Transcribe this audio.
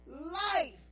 life